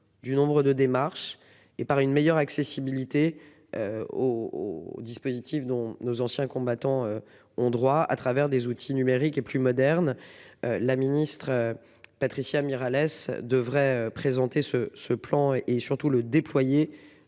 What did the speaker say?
du nombre de démarches et par une meilleure accessibilité. Au au dispositif dont nos anciens combattants ont droit à travers des outils numériques et plus moderne. La ministre. Patricia Mirallès devrait présenter ce ce plan et surtout le déployer